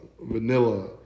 vanilla